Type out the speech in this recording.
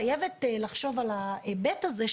חייבת לחשוב על ההיבט הזה,